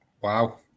wow